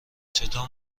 چطور